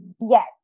Yes